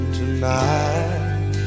tonight